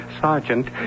Sergeant